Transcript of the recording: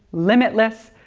limitless,